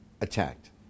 Attacked